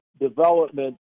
development